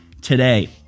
today